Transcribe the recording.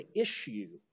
issue